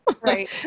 Right